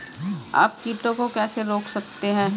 आप कीटों को कैसे रोक सकते हैं?